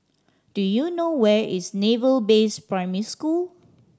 do you know where is Naval Base Primary School